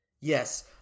Yes